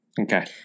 Okay